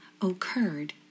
occurred